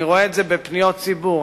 אני רואה את זה בפניות הציבור,